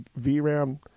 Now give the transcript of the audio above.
vram